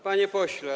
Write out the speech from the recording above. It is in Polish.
Panie Pośle!